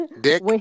dick